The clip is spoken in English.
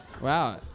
Wow